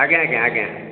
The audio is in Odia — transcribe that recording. ଆଜ୍ଞା ଆଜ୍ଞା ଆଜ୍ଞା